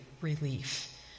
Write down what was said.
relief